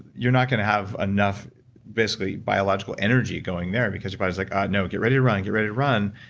you're not going to have enough basically biological energy going there, because your body's like, ah, no, get ready to run. get ready to run,